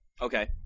Okay